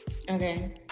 Okay